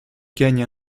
gagne